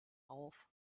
auf